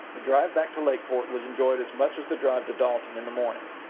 the drive back to lakeport was enjoyed as much as the drive to dalton in the morning.